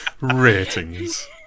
ratings